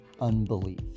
unbelief